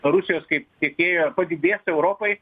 rusijos kaip tiekėjo padidės europai